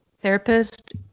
therapist